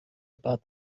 about